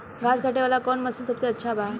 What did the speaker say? घास काटे वाला कौन मशीन सबसे अच्छा बा?